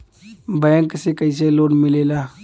Bank से कइसे loan मिलेला?